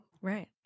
right